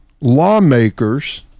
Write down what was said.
lawmakers